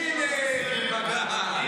שים לב: בג"ץ.